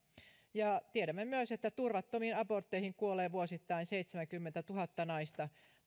tiedämme myös että turvattomiin abortteihin kuolee vuosittain seitsemänkymmentätuhatta naista